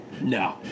No